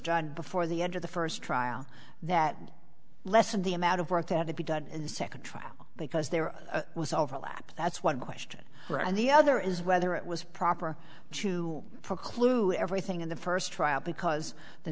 done before the end of the first trial that lessen the amount of work had to be done in the second trial because there was overlap that's one question for and the other is whether it was proper to for clue everything in the first trial because the